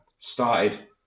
Started